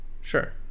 Sure